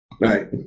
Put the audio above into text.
right